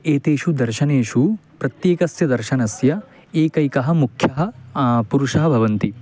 एतेषु दर्शनेषु प्रत्येकस्य दर्शनस्य एकैकः मुख्यः पुरुषः भवन्ति